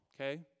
okay